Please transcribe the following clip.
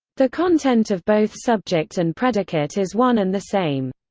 the content of both subject and predicate is one and the same.